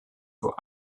for